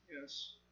Yes